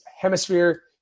hemisphere